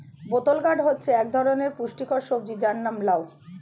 বোতল গোর্ড মানে হচ্ছে এক ধরনের পুষ্টিকর সবজি যার নাম লাউ